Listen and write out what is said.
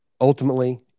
Ultimately